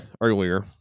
earlier